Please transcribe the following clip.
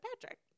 Patrick